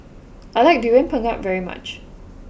I like Durian Pengat very much